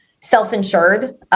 self-insured